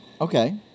okay